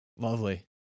lovely